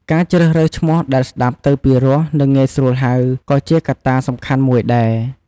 ការជ្រើសរើសឈ្មោះដែលស្តាប់ទៅពីរោះ និង ងាយស្រួលហៅ ក៏ជាកត្តាសំខាន់មួយដែរ។